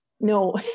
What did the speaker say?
No